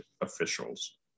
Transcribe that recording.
officials